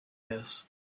ears